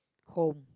home